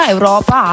Europa